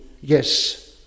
yes